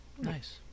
Nice